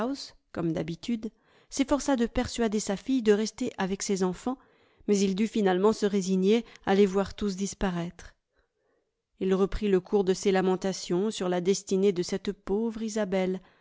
comme d'habitude s'efforça de persuader sa fille de rester avec ses enfants mais il dut finalement se résigner à les voir tous disparaître il reprit le cours de ses lamentations sur la destinée de cette pauvre isabelle